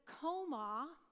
coma